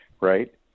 right